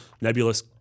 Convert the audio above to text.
Nebulous